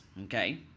okay